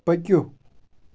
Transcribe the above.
پٔکِو